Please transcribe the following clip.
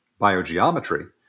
biogeometry